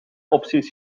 opties